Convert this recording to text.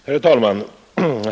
Herr talman!